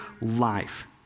life